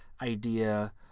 idea